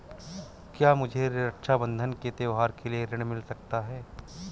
क्या मुझे रक्षाबंधन के त्योहार के लिए ऋण मिल सकता है?